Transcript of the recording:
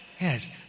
Yes